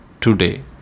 today